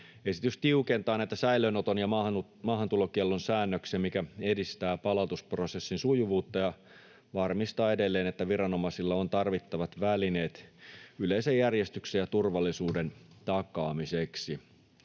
Esitys tiukentaa näitä säilöönoton ja maahantulokiellon säännöksiä, mikä edistää palautusprosessin sujuvuutta ja varmistaa edelleen, että viranomaisilla on tarvittavat välineet yleisen järjestyksen ja turvallisuuden takaamiseksi.